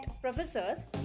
professors